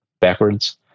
backwards